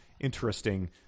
interesting